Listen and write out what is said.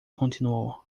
continuou